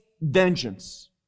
vengeance